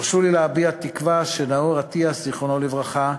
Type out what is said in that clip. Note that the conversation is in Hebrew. הרשו לי להביע תקווה שנאור אטיאס, זכרו לברכה,